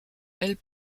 elles